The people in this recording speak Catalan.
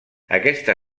aquesta